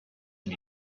and